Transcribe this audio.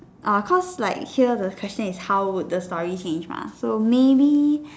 orh cause like here the question is how would the story change mah so maybe